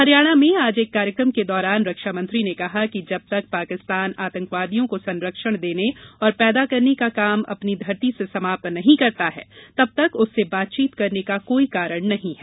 हरियाणा में आज एक कार्यक्रम के दौरान रक्षा मंत्री ने कहा कि जब तक पाकिस्तान आतंकवाद को संरक्षण देने और पैदा करने का काम अपनी धरती से समाप्त नहीं करता है तब तक उससे बातचीत करने का कोई कारण नहीं है